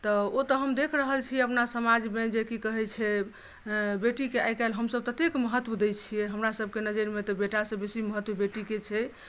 तऽ ओतऽ हम देख रहल छी अपना समाजमे जे की कहै छै बेटीक आइ काल्हि हमसभ ततेक महत्व दै छियै हमरासभक नजरमे तऽ बेटासँ बेसी महत्व बेटीके छै